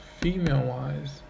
Female-wise